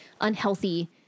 unhealthy